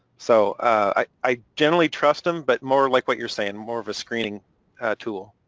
so i generally trust them, but more like what you're saying, more of a screening tool.